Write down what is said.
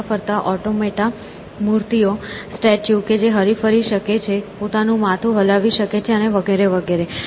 હરતા ફરતા ઑટોમેટા મૂર્તિઓ સ્ટેચ્યુ કે જે હરી ફરી શકે છે પોતાનું માથું હલાવી શકે છે અને વગેરે વગેરે